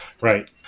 right